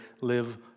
Live